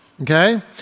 Okay